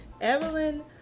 Evelyn